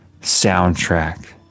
soundtrack